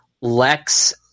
Lex